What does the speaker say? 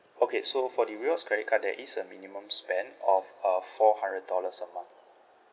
okay so for the rewards credit card there is a minimum spend of a four hundred dollars a month